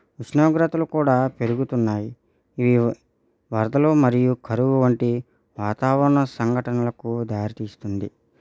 ఉష్ణోగ్రతలు కూడా పెరుగుతున్నాయి ఈ వరదలు మరియు కరువు వంటి వాతావరణ సంఘటనలకు దారితీస్తుంది